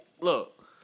Look